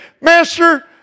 Master